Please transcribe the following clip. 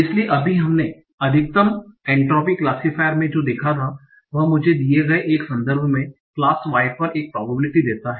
इसलिए अभी हमने अधिकतम एन्ट्रापी क्लासिफायर में जो देखा था वह मुझे दिये गए एक संदर्भ में क्लास y पर एक प्रोबेबिलिटी देता है